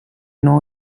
not